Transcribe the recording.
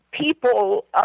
people